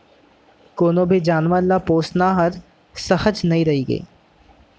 कोनों भी जानवर ल पोसना हर सहज नइ रइगे